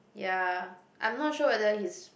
ya I'm not sure whether he's